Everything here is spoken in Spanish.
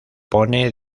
pone